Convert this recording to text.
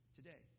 Today